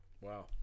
Wow